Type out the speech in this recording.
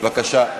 נחמן?